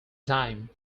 dime